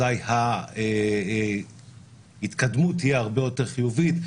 אזי ההתקדמות תהיה הרבה יותר חיובית,